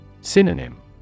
Synonym